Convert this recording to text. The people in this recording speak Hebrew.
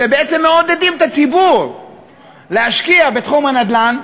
שבעצם מעודדים את הציבור להשקיע בתחום הנדל"ן,